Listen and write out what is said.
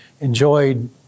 enjoyed